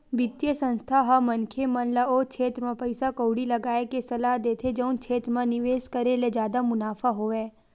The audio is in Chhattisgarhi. बित्तीय संस्था ह मनखे मन ल ओ छेत्र म पइसा कउड़ी लगाय के सलाह देथे जउन क्षेत्र म निवेस करे ले जादा मुनाफा होवय